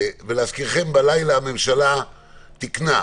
ולהזכירכם, בלילה הממשלה תיקנה